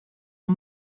oan